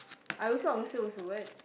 I also answer also what